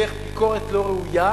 דרך ביקורת לא ראויה,